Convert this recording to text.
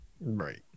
Right